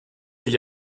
gli